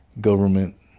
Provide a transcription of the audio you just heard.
government